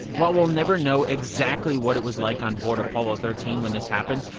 while we'll never know exactly what it was like on board apollo thirteen when this happened,